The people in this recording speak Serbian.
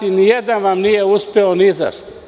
Ni jedan vam nije uspeo ni za šta.